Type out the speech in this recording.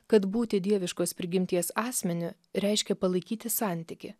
kad būti dieviškos prigimties asmeniu reiškia palaikyti santykį